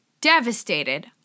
devastated